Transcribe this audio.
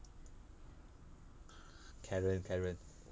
karen karen